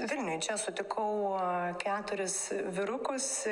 vilniuj čia sutikau keturis vyrukus